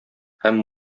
һәм